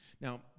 Now